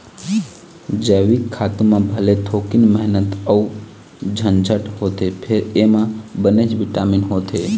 जइविक खातू म भले थोकिन मेहनत अउ झंझट होथे फेर एमा बनेच बिटामिन होथे